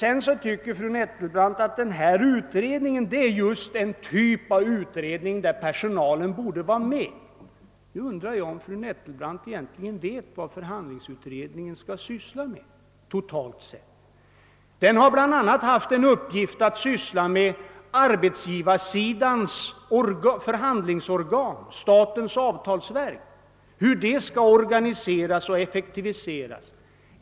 Fru Nettelbrandt tycker att förhandlingsutredningen just är den typ av utredning i vilken personalen bör vara med. Jag undrar om fru Nettelbrandt egentligen vet vad utredningen skall syssla med totalt sett. Den har bl.a. till uppgift att undersöka hur arbetsgivarsidans förhandlingsorgan, statens avtalsverk, skall effektiviseras och organiseras.